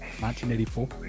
1984